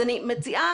אנחנו נשמח.